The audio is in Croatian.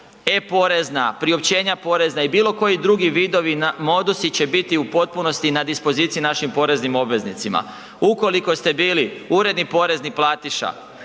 e-porezna, priopćenja porezne i bilo koji drugi vidovi, modusi će biti u potpunosti i na dispoziciji našim poreznim obveznicima. Ukoliko ste bili uredni porezni platiša